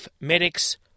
medics